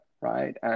right